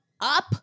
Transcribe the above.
up